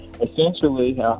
Essentially